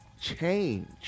Change